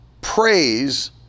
praise